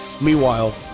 Meanwhile